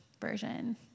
version